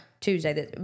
Tuesday